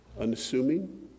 unassuming